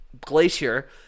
glacier